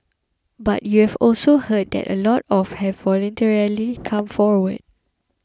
but you've also heard that a lot of have voluntarily come forward